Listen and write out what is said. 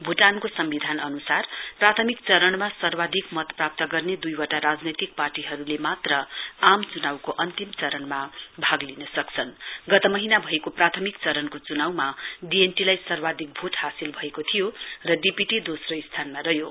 भूटानको सम्विधान अनुसार प्राथमिक चरणमा सर्वाधिक मत प्राप्त गर्ने दुइवटा राजनैतिक पार्टीहरुले मात्र आम चुनाउको अन्तिम चरणमा भाग लिन सक्छन गत महीना भएको प्राथमिक चरणको च्नाउमा डीएनटी लाई सर्वाधिक भोट हासिल भएको थियो र डीपीटी दोस्रो स्थानमा रह्यो